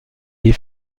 des